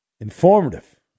Informative